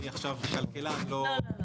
אני כלכלן לא --- לא,